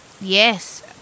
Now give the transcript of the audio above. yes